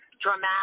dramatic